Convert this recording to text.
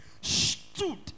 stood